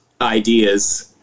ideas